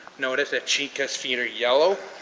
notice that chica's feet are yellow.